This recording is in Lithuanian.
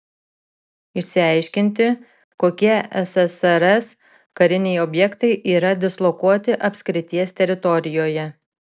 išsiaiškinti kokie ssrs kariniai objektai yra dislokuoti apskrities teritorijoje